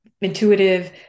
intuitive